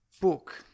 book